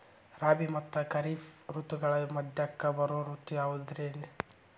ರಾಬಿ ಮತ್ತ ಖಾರಿಫ್ ಋತುಗಳ ಮಧ್ಯಕ್ಕ ಬರೋ ಋತು ಯಾವುದ್ರೇ?